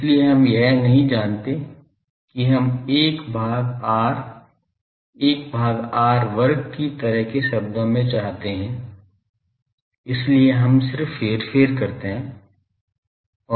इसलिए हम यह नहीं चाहते हैं कि हम 1 भाग r 1 भाग r वर्ग की तरह के शब्दों में चाहते हैं इसलिए हम सिर्फ हेरफेर करते हैं